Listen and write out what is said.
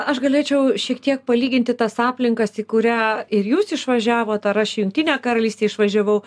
aš galėčiau šiek tiek palyginti tas aplinkas į kurią ir jūs išvažiavot ar aš į jungtinę karalystę išvažiavau